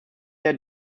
der